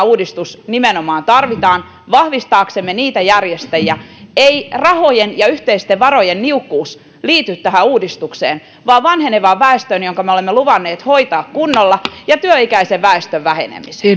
uudistus nimenomaan tarvitaan vahvistaaksemme niitä järjestäjiä ei rahojen ja yhteisten varojen niukkuus liity tähän uudistukseen vaan vanhenevaan väestöön jonka me olemme luvanneet hoitaa kunnolla ja työikäisen väestön vähenemiseen